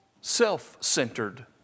self-centered